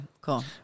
cool